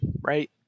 right